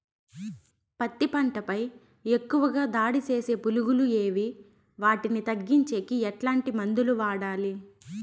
పత్తి పంట పై ఎక్కువగా దాడి సేసే పులుగులు ఏవి వాటిని తగ్గించేకి ఎట్లాంటి మందులు వాడాలి?